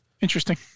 Interesting